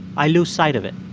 i lose sight of it.